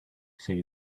say